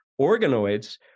organoids